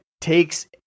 takes